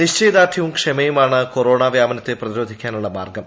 നിശ്ചയദാർഢ്യവും ക്ഷമയുമാണ് കൊറോണ വ്യാപനത്തെ പ്രതിരോധിക്കാനുള്ള മാർഗ്ഗം